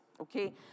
Okay